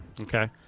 okay